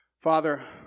Father